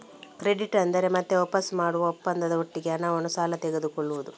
credit ಅಂದ್ರೆ ಮತ್ತೆ ವಾಪಸು ಮಾಡುವ ಒಪ್ಪಂದದ ಒಟ್ಟಿಗೆ ಹಣವನ್ನ ಸಾಲ ತಗೊಳ್ಳುದು